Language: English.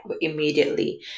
immediately